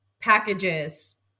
packages